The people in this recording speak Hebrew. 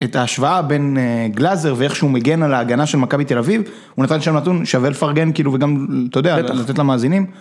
את ההשוואה בין גלזר ואיך שהוא מגן על ההגנה של מכבי תל אביב, הוא נתן שם נתון שווה לפרגן וגם לתת למאזינים.